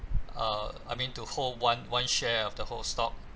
uh I mean to hold one one share of the whole stock